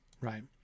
right